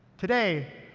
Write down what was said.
today,